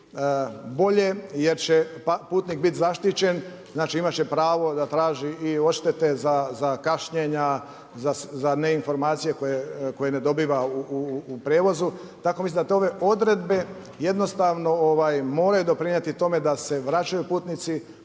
bolje, jer će putnik biti zaštićen, znači, imati će pravo da traži i odštete za kašnjenja, za neinforamcije koje ne dobiva u prijevozu. Tako da mislim, da te ove odredbe, jednostavno moraju doprinijeti tome da se vraćaju putnici